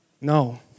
No